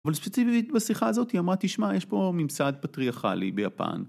אבל ספציפית בשיחה הזאת היא אמרה תשמע יש פה ממסד פטריארכלי ביפן..